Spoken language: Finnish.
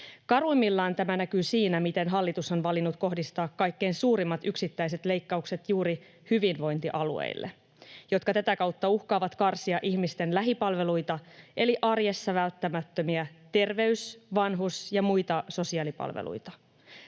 Karuimmillaan tämä näkyy siinä, miten hallitus on valinnut kohdistaa kaikkein suurimmat yksittäiset leikkaukset juuri hyvinvointialueille, jotka tätä kautta uhkaavat karsia ihmisten lähipalveluita eli arjessa välttämättömiä terveys‑, vanhus‑ ja muita sosiaalipalveluita.